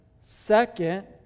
Second